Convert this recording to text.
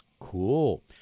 Cool